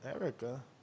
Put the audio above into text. Erica